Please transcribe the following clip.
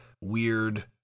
weird